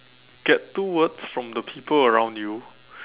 get two words from the people around you